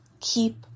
Keep